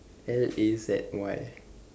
L A Z Y